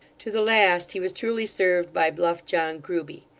to the last, he was truly served by bluff john grueby.